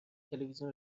تلویزیون